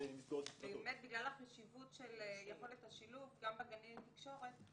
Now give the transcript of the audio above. בגלל החשיבות של יכולת השילוב גם בגני התקשורת,